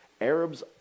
Arabs